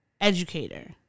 educator